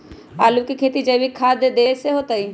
आलु के खेती जैविक खाध देवे से होतई?